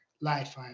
Life